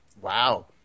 Wow